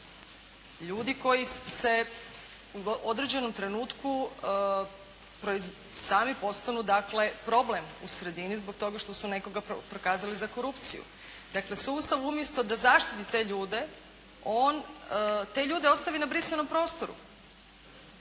Ljudi koji se u određenom trenutku sami postanu dakle problem u sredini zbog toga što su nekoga prokazali za korupciju. Dakle sustav umjesto da zaštiti te ljude on te ljude ostavi na brisanom prostoru.